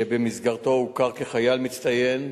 שבמסגרתו הוכר כחייל מצטיין,